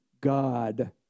God